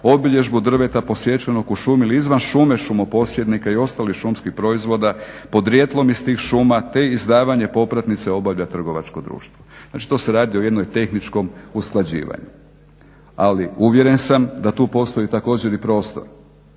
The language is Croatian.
obilježbu drveta posjećenog u šumi ili izvan šume šumoposjednika i ostalih šumskih proizvoda podrijetlom iz tih šuma, te izdavanje popratnice obavlja trgovačko društvo. Znači to se radi o jednom tehničkom usklađivanju ali uvjeren sam da tu postoji također i prostor.